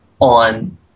on